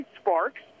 Sparks